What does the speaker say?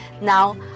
Now